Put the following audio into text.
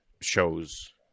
shows